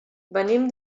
venim